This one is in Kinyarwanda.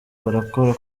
barakora